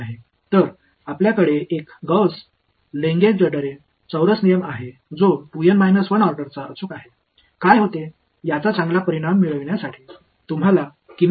எனவே உங்களிடம் Gauss Legendre quadrature விதி உள்ளது இது 2 N 1 வரிசையை செய்ய துல்லியமானது